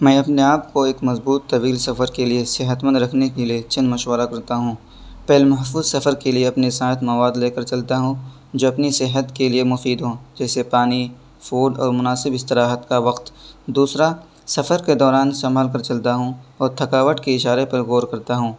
میں اپنے آپ کو ایک مضبوط طویل سفر کے لیے صحت مند رکھنے کے لیے چند مشورہ کرتا ہوں پہلے محفوظ سفر کے لیے اپنے ساتھ مواد لے کر چلتا ہوں جو اپنی صحت کے لیے مفید ہوں جیسے پانی فوڈ اور مناسب استراحت کا وقت دوسرا سفر کے دوران سنبھل کر چلتا ہوں اور تھکاوٹ کے اشارے پر غور کرتا ہوں